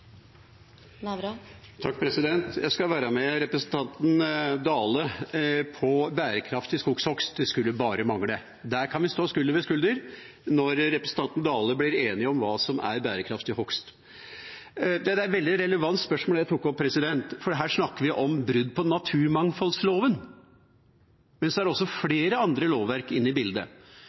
Jeg skal være med representanten Dale på bærekraftig skogshogst – det skulle bare mangle. Der kan vi stå skulder ved skulder, når representanten Dale blir enig om hva som er bærekraftig hogst. Det er et veldig relevant spørsmål jeg tok opp, for her snakker vi om brudd på naturmangfoldloven, men det er også flere andre lovverk inne i bildet.